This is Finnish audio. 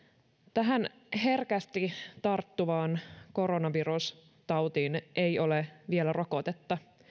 tähän herkästi tarttuvaan koronavirustautiin ei ole vielä rokotetta